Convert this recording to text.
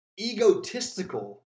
egotistical